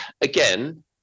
again